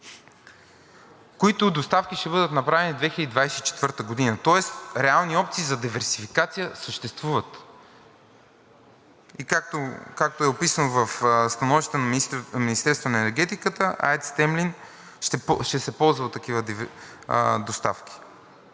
които доставки ще бъдат направени 2024 г., тоест реални опции за диверсификация съществуват. Както е описано в Становището на Министерството на енергетиката, АЕЦ „Темелин“ ще се ползва от такива доставки.